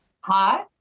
Hi